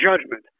judgment